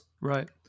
Right